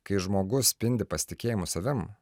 kai žmogus spindi pasitikėjimu savim